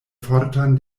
fortan